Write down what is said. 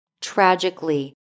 Tragically